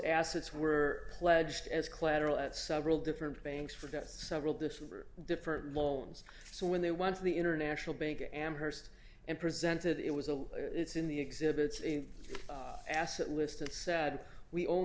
assets were pledged as collateral at several different banks for that several december different loans so when they went to the international bank amhurst and presented it was a it's in the exhibits in asset list and said we own